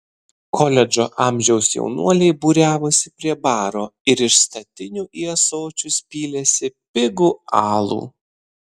koledžo amžiaus jaunuoliai būriavosi prie baro ir iš statinių į ąsočius pylėsi pigų alų